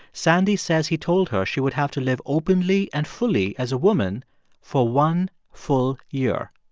sandy says he told her she would have to live openly and fully as a woman for one full year.